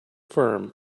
firm